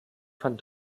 von